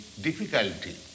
difficulty